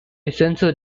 census